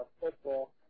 football